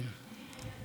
כן.